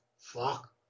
fuck